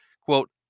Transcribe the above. Quote